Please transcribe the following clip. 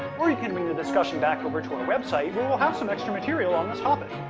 or you can bring the discussion back over to our website, where we'll have some extra material on this topic.